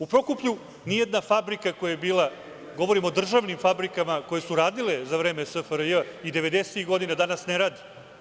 U Prokuplju nijedna fabrika koja je bila, govorim o državnim fabrikama koje su radile za vreme SFRJ i devedesetih godina danas ne rade.